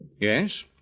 Yes